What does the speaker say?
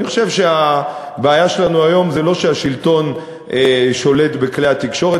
אני חושב שהבעיה שלנו היום זה לא שהשלטון שולט בכלי התקשורת.